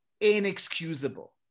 inexcusable